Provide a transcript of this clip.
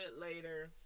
later